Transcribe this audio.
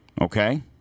Okay